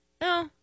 No